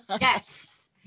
yes